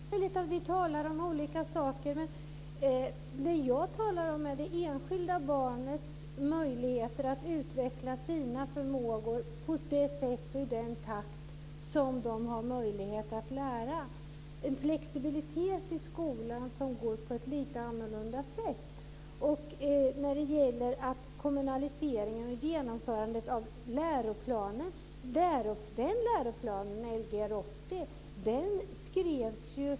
Fru talman! Det är möjligt att vi talar om olika saker. Jag talar om det enskilda barnets möjligheter att utveckla sina förmågor på det sätt och i den takt som barnet har möjlighet att lära. Det ska vara en flexibilitet i skolan på ett lite annorlunda sätt. Sedan var det kommunaliseringen och genomförandet av läroplan LGR 80.